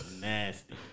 Nasty